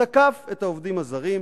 תקף את העובדים הזרים,